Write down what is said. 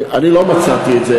אני לא מצאתי את זה,